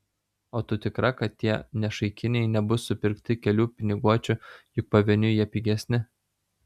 o tu tikra kad tie nešaikiniai nebus supirkti kelių piniguočių juk pavieniui jie pigesni